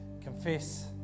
confess